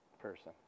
person